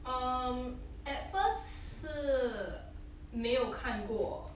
um at first 是没有看过